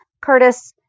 Curtis